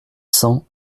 cents